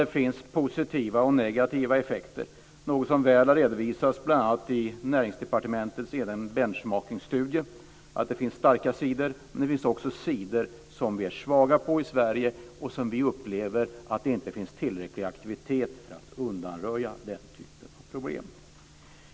Det finns positiva och negativa effekter, något som väl har redovisats bl.a. i Näringsdepartementets egen benchmarking-studie. Det finns starka sidor, men det finns också sidor som vi är svaga på i Sverige. Vi upplever att det inte finns tillräcklig aktivitet för att undanröja den typen av problem.